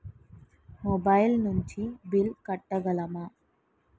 Mobile నుంచి bill కట్టగలమ?